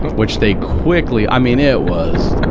which they quickly i mean, it was,